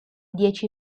dieci